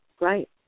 right